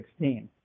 2016